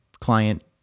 client